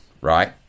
right